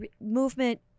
movement